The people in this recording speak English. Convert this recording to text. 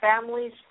families